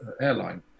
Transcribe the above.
airline